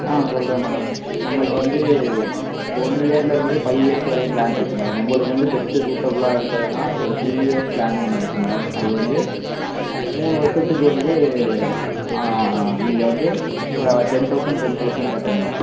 ஆ சொல்கிறேன் மேடம் நம்மள்ட்ட வந்து ஒன் இயர்லேர்ந்து ஃபை இயர்ஸ் வரையும் ப்ளான் இருக்குது மேடம் உங்களுக்கு வந்து பெஸ்ட்டு சூட்டபிளாக இருக்கிறதுனா ஒரு த்ரீ இயர்ஸ் ப்ளான் ஒன்று இருக்குது மேடம் அது வந்து மூணு வருஷத்துக்கு வந்து நீங்கள் வந்து இப்போ டென் தௌசண்ட் டென் தௌசண்ட் கட்டணும் மேடம்